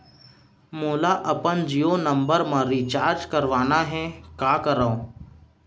मोला अपन जियो नंबर म रिचार्ज करवाना हे, का करव?